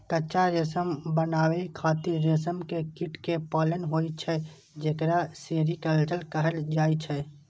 कच्चा रेशम बनाबै खातिर रेशम के कीट कें पालन होइ छै, जेकरा सेरीकल्चर कहल जाइ छै